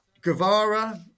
Guevara